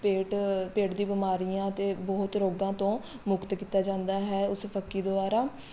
ਪੇਟ ਪੇਟ ਦੀ ਬਿਮਾਰੀਆਂ ਅਤੇ ਬਹੁਤ ਰੋਗਾਂ ਤੋਂ ਮੁਕਤ ਕੀਤਾ ਜਾਂਦਾ ਹੈ ਉਸ ਫੱਕੀ ਦੁਆਰਾ